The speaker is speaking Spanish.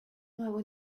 nuevo